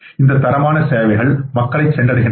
சிறந்த தரமான சேவைகள் மக்களைச் சென்றடைகின்றன